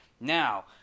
now